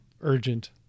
urgent